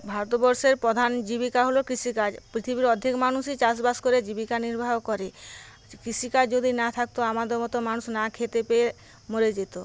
ভারতবর্ষের প্রধান জীবিকা হল কৃষিকাজ পৃথিবীর অর্ধেক মানুষই চাষ বাস করে জীবিকা নির্বাহ করে কৃষিকাজ যদি না থাকতো আমাদের মত মানুষ না খেতে পেয়ে মরে যেত